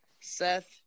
Seth